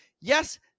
Yes